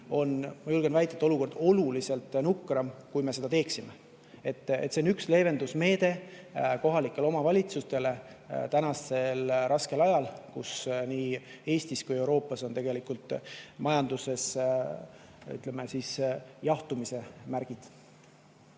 siis, julgen väita, on olukord oluliselt nukram kui siis, kui me seda teeme. See on üks leevendusmeede kohalikele omavalitsustele praegusel raskel ajal, kui nii Eestis kui mujal Euroopas on tegelikult majanduses jahtumise märgid.